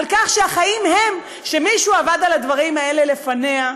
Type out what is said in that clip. כך שהחיים הם שמישהו עבד על הדברים האלה לפניה,